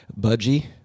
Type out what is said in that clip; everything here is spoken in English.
Budgie